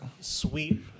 sweet